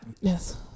Yes